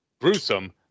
gruesome